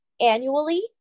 annually